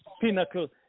pinnacle